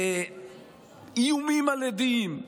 מאיומים על עדים,